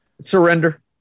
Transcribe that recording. surrender